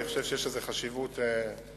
אני חושב שיש לזה חשיבות רבה,